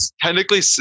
technically